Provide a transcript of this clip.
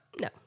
no